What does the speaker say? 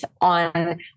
on